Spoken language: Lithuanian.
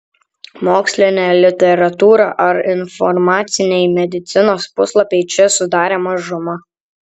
mokslinė literatūra ar informaciniai medicinos puslapiai čia sudarė mažumą